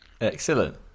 Excellent